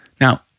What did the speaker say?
Now